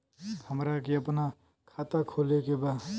हमरा के अपना खाता खोले के बा?